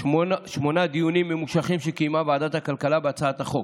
שמונה דיונים ממושכים שקיימה ועדת הכלכלה בהצעת החוק,